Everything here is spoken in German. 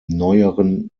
neueren